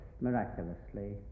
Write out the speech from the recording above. miraculously